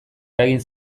eragin